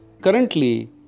currently